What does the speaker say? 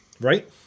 Right